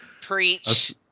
Preach